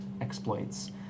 exploits